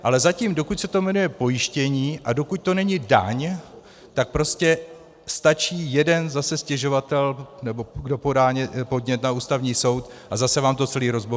Ale zatím, dokud se to jmenuje pojištění a dokud to není daň, tak prostě stačí jeden zase stěžovatel, nebo někdo, kdo podá podnět na Ústavní soud, a zase vám to celé rozbourá.